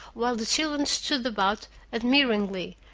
while the children stood about admiringly,